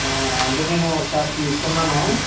అంటే నేను ఒకసారి తీసుకున్నాను